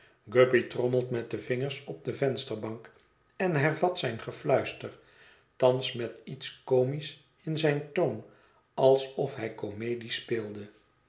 guppy trommelt met de vingers op de vensterbank en hervat zijn gefluister thans met iets comisch in zijn toon alsof hij comedie speelde